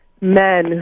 men